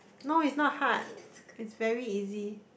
no it's not hard it's very easy